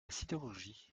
sidérurgie